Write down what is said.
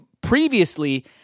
previously